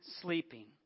sleeping